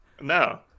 No